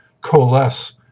coalesce